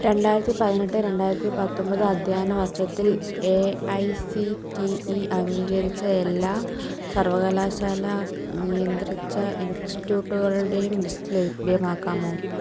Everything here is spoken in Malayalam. രണ്ടായിരത്തി പതിനെട്ട് രണ്ടായിരത്തി പത്തൊമ്പത് അധ്യയന വർഷത്തിൽ A I C T E അംഗീകരിച്ച എല്ലാ സർവകലാശാല നിയന്ത്രിച്ച ഇൻസ്റ്റിറ്റ്യൂട്ടുകളുടെയും ലിസ്റ്റ് ലഭ്യമാക്കാമോ